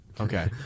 Okay